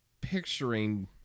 picturing